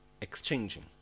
exchanging